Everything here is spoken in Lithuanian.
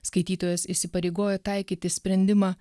skaitytojas įsipareigoja taikyti sprendimą